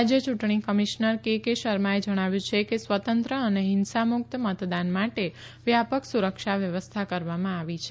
રાજ્ય ચૂંટણી commissioner K K શર્માએ જણાવ્યું છે કે સ્વતંત્ર અને હિંસા મુક્ત મતદાન માટે વ્યાપક સુરક્ષા વ્યવસ્થા કરવામાં આવી છે